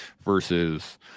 Versus